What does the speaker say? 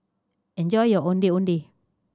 enjoy your Ondeh Ondeh